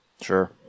sure